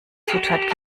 zutat